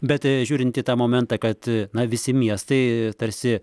bet žiūrint į tą momentą kad na visi miestai tarsi